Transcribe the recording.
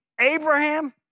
Abraham